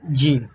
جی